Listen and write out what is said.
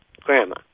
Grandma